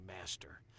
master